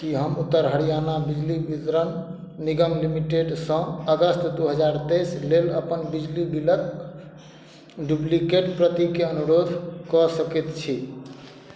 की हम उत्तर हरियाणा बिजली वितरण निगम लिमिटेडसँ अगस्त दू हजार तेइस लेल अपन बिजली बिलक डुप्लिकेट प्रतिके अनुरोध कऽ सकैत छी